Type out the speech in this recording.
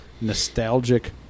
nostalgic